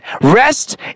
rest